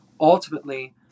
ultimately